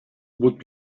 would